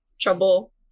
trouble